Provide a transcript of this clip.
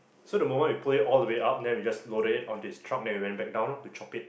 so the moment we pull it all the way up then we just loaded it onto his truck then we went back down orh to chop it